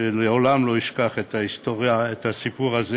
שלעולם לא אשכח את הסיפור הזה